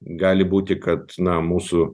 gali būti kad na mūsų